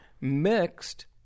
mixed